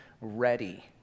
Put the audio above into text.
ready